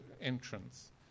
entrance